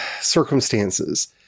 circumstances